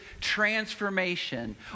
transformation